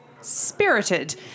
spirited